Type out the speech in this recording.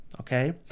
Okay